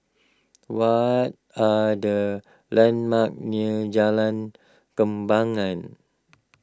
what are the landmarks near Jalan Kembangan